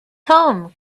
home